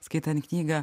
skaitant knygą